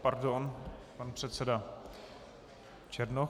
Pardon, pan předseda Černoch.